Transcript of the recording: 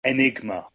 Enigma，